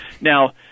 Now